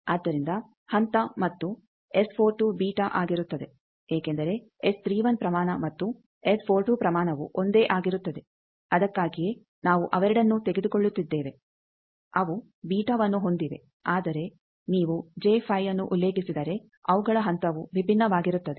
ಆದ್ದರಿಂದ ಹಂತ ಮತ್ತು ಬೀಟಾ ಆಗಿರುತ್ತದೆ ಏಕೆಂದರೆ ಪ್ರಮಾಣ ಮತ್ತು ಪ್ರಮಾಣವು ಒಂದೇ ಆಗಿರುತ್ತದೆ ಅದಕ್ಕಾಗಿಯೇ ನಾವು ಅವೆರಡನ್ನೂ ತೆಗೆದುಕೊಳ್ಳುತ್ತಿದ್ದೇವೆ ಅವು ಬೀಟಾವನ್ನು ಹೊಂದಿವೆ ಆದರೆ ನೀವು ಯನ್ನು ಉಲ್ಲೇಖಿಸಿದರೆ ಅವುಗಳ ಹಂತವು ವಿಭಿನ್ನವಾಗಿರುತ್ತದೆ